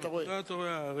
אתה רואה?